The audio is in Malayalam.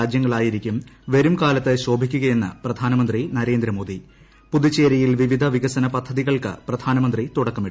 രാജ്യങ്ങളായിരിക്കും വരും കാലത്ത് ശോഭിക്കുകയെന്ന് പ്രധാനമന്ത്രി നരേന്ദ്രമോദി പുതുച്ചേരിയിൽ വിവിധ വികസന പദ്ധതികൾക്ക് പ്രധാനമന്ത്രി തുടക്കമിട്ടു